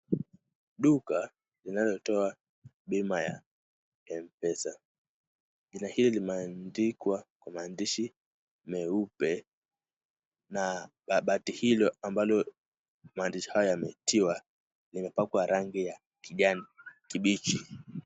Duka linalotoa bima ya mpesa, jina hili limeandikwa kwa maandishi meupe na mabati hilo ambalo maandishi hayo yametiwa limepakwa kwa rangi ya kijani kibichi.